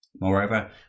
Moreover